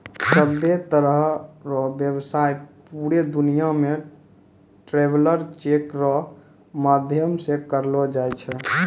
सभ्भे तरह रो व्यवसाय पूरे दुनियां मे ट्रैवलर चेक रो माध्यम से करलो जाय छै